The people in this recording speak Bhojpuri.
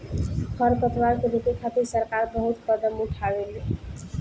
खर पतवार के रोके खातिर सरकार बहुत कदम उठावेले